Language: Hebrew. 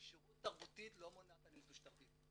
כשירות תרבותית לא מונעת אלימות משטרתית.